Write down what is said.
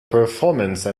performance